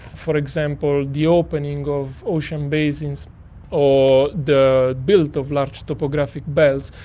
for example, the opening of ocean basins or the build of large topographic belts,